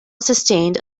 sustained